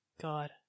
God